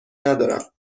ندارم